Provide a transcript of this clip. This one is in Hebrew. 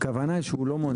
הכוונה היא שהוא לא מונע.